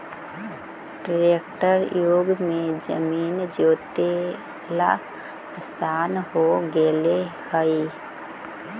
tractor युग में जमीन जोतेला आसान हो गेले हइ